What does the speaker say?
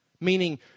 Meaning